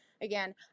again